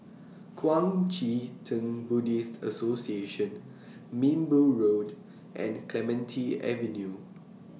Kuang Chee Tng Buddhist Association Minbu Road and Clementi Avenue